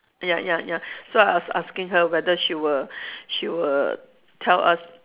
ya ya ya so I was asking her whether she will she will tell us